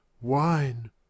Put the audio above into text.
wine